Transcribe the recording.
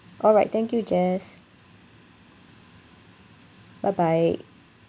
alright thank you jess bye bye